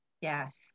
yes